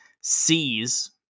sees